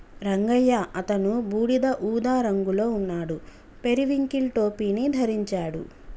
రంగయ్య అతను బూడిద ఊదా రంగులో ఉన్నాడు, పెరివింకిల్ టోపీని ధరించాడు